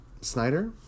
Snyder